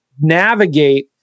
navigate